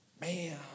man